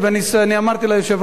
אמרתי השבוע ליושב-ראש,